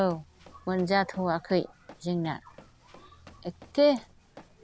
औ मोनजाथ'आखै जोंना एख्खे